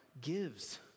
gives